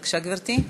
בבקשה, גברתי.